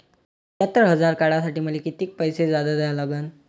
पंच्यात्तर हजार काढासाठी मले कितीक पैसे जादा द्या लागन?